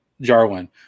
Jarwin